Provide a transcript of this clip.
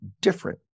different